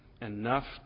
enough